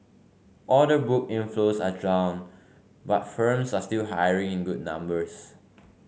order book inflows are down but firms are still hiring in good numbers